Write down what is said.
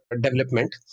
development